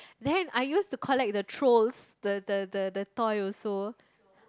then I used to collect the Trolls the the the the toy also